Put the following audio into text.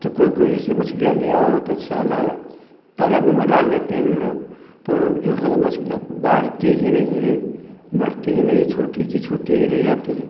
तो कोई कोई जैसे मछलियाँ ले आओ तो साला तालाबों में डाल देते हैं हम लोग तो जो हैं मछलियाँ बाढ़ती ही नही हैं बढ़ती ही नहीं हैं छोटी की छोटी ही रह जाती हैं